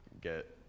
get